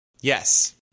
Yes